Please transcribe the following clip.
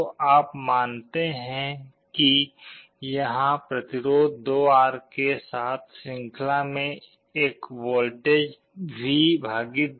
तो आप मानते हैं कि यहाँ प्रतिरोध 2R के साथ श्रृंखला में एक वोल्टेज V 2 है